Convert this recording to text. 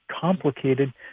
complicated